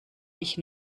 ich